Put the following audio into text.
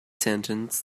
sentence